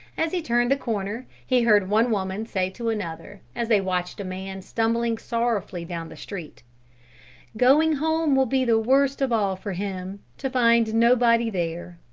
as he turned the corner, he heard one woman say to another, as they watched a man stumbling sorrowfully down the street going home will be the worst of all for him to find nobody there!